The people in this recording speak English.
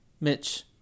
Mitch